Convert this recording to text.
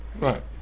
Right